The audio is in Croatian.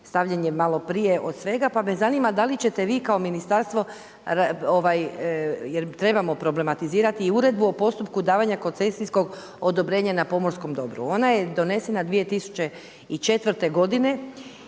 stavljen je malo prije od svega, pa me zanima da li ćete vi kao ministarstvo, jer trebamo problematizirati i uredbu o postupku davanja koncesijskom odobrenja na pomorskom dobru, ona je donesena 2004. godine